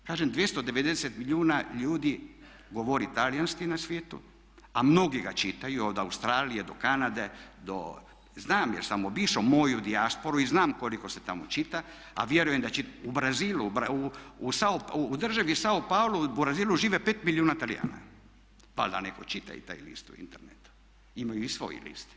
Kažem 290 milijuna ljudi govori talijanski na svijetu, a mnogi ga čitaju od Australije do Kanade, znam jer sam obišao moju dijasporu i znam koliko se tamo čita, a vjerujem da u Brazilu, u državi Sao Paulo i u Brazilu živi 5 milijuna Talijana, valjda ne pročitaju taj list na internetu, imaju i svoj list.